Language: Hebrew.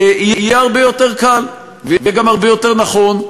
יהיה הרבה יותר קל, ויהיה גם הרבה יותר נכון,